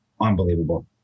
unbelievable